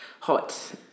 Hot